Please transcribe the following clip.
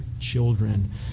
children